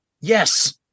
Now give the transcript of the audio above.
Yes